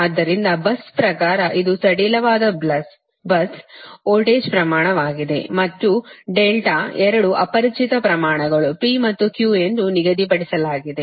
ಆದ್ದರಿಂದ bus ಪ್ರಕಾರ ಇದು ಸಡಿಲವಾದ bus ವೋಲ್ಟೇಜ್ ಪ್ರಮಾಣವಾಗಿದೆ ಮತ್ತು ಎರಡೂ ಅಪರಿಚಿತ ಪ್ರಮಾಣಗಳು P ಮತ್ತು Q ಎಂದು ನಿರ್ದಿಷ್ಟಪಡಿಸಲಾಗಿದೆ